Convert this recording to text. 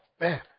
man